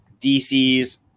DC's